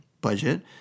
budget